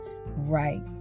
Right